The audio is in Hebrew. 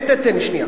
תן לי שנייה.